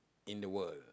in the world